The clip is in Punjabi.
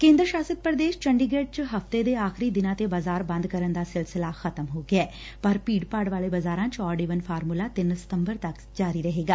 ਕੇਦਰੀ ਸ਼ਾਸਤ ਪ੍ਰਦੇਸ਼ ਚੰਡੀਗੜ੍ਪ ਵਿਚ ਹਫ਼ਤੇ ਦੇ ਆਖ਼ਰੀ ਦਿਨਾਂ ਤੇ ਬਜ਼ਾਰ ਬੰਦ ਕਰਨ ਦਾ ਸਿਲਸਿਲਾ ਖ਼ਤਮ ਹੋ ਗਿਐ ਪਰ ਭੀੜ ਭਾੜ ਵਾਲੇ ਬਜ਼ਾਰਾ ਤ ਔਡ ਈਵਨ ਫਾਰਮੁੱਲਾ ਤਿੰਨ ਸਤੰਬਰ ਤੱਕ ਜਾਰੀ ਰਹੇਗਾ